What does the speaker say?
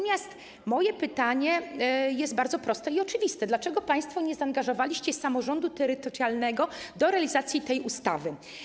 Moje pytanie jest bardzo proste i oczywiste: Dlaczego państwo nie zaangażowaliście samorządu terytorialnego w realizację tej ustawy?